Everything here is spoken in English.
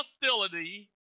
hostility